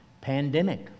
pandemic